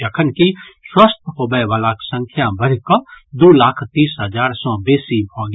जखनकि स्वस्थ होवय वलाक संख्या बढ़िकऽ दू लाख तीस हजार सँ बेसी भऽ गेल